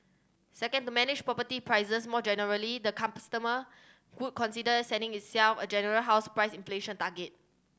second to manage property prices more generally the could consider setting itself a general house price inflation target